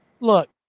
look